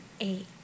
eight